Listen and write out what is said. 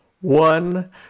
one